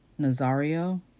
Nazario